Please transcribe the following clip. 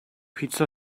pizza